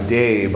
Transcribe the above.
day